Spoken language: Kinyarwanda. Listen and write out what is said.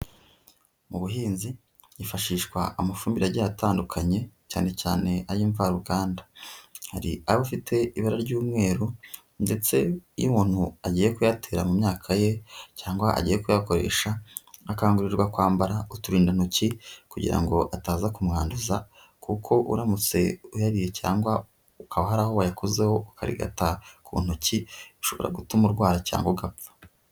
Mu buhinzi hifashishwa amafumbire agiye atandukanye cyane cyane ay'imimvaruganda. Hari aba afite ibara ry'umweru ndetse iyo umuntu agiye kuyatera mu myaka ye cyangwa agiye kuyakoresha akangurirwa kwambara uturindantoki kugira ngo ataza kumwanduza kuko uramutse uyariye cyangwa ukaba hari aho wayakozeho ukarigata ku ntoki, bishobora gutuma urwara cyangwa ugapfa.